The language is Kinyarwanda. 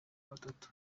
batatu